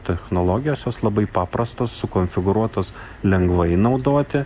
technologijos jos labai paprastos sukonfigūruotos lengvai naudoti